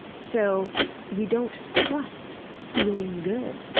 so we don't trust feeling good,